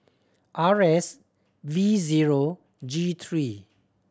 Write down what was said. R S V zero G three